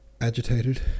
Agitated